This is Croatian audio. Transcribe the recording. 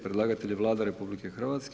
Predlagatelj je Vlada RH.